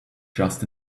just